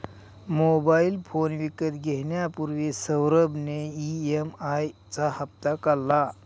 mobile phone विकत घेण्यापूर्वी सौरभ ने ई.एम.आई चा हप्ता काढला